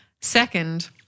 Second